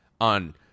on